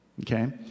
Okay